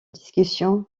discussion